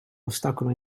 ostacolo